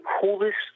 coolest